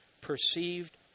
perceived